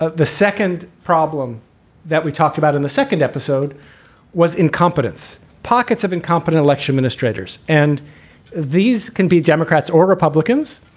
ah the second problem that we talked about in the second episode was incompetence, pockets of incompetent elected administrators. and these can be democrats or republicans.